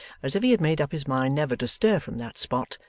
as if he had made up his mind never to stir from that spot,